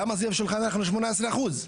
למה סביב שולחן אנחנו שמונה עשר אחוז?